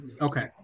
Okay